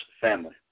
family